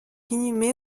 inhumé